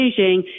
Beijing